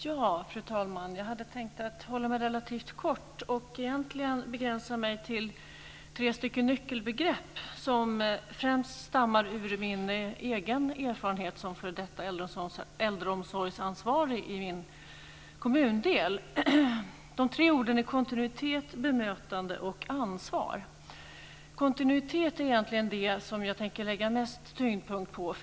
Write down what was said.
Fru talman! Jag hade tänkt hålla mig relativt kort och begränsa mig till tre nyckelbegrepp som främst stammar ur min egen erfarenhet som f.d. äldreomsorgsansvarig i min kommundel. De tre orden är kontinuitet, bemötande och ansvar. Kontinuitet är egentligen det som jag tänker lägga mest tyngdpunkt på.